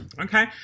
okay